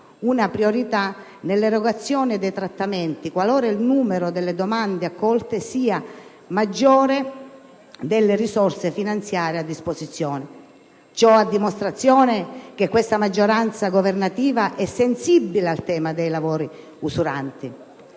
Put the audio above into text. una priorità nell'erogazione dei trattamenti qualora il numero delle domande accolte sia maggiore delle risorse finanziarie a disposizione; ciò a dimostrazione del fatto che questa maggioranza governativa è sensibile al tema dei lavori usuranti.